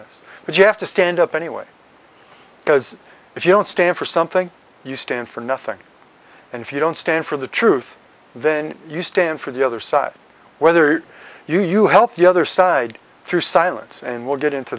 us but you have to stand up anyway because if you don't stand for something you stand for nothing and if you don't stand for the truth then you stand for the other side whether you help the other side through silence and we'll get into